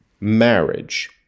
Marriage